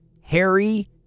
Harry